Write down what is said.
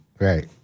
Right